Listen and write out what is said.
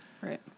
right